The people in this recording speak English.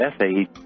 essay